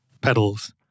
pedals